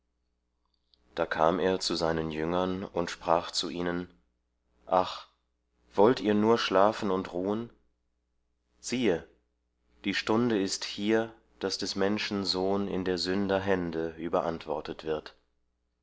da kam er zu seinen jüngern und sprach zu ihnen ach wollt ihr nur schlafen und ruhen siehe die stunde ist hier daß des menschen sohn in der sünder hände überantwortet wird